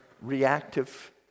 reactive